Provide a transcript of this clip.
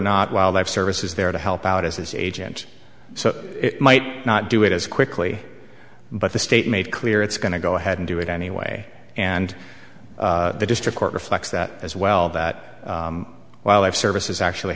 not wildlife service is there to help out as his agent so it might not do it as quickly but the state made clear it's going to go ahead and do it anyway and the district court reflects that as well that wildlife services actually